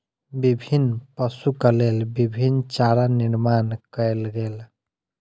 विभिन्न पशुक लेल विभिन्न चारा निर्माण कयल गेल